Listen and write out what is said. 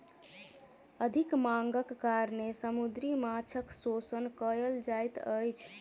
अधिक मांगक कारणेँ समुद्री माँछक शोषण कयल जाइत अछि